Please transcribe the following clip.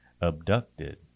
abducted